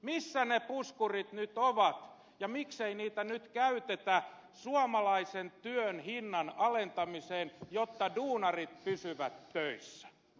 missä ne puskurit nyt ovat ja miksei niitä nyt käytetä suomalaisen työn hinnan alentamiseen jotta duunarit pysyvät töissä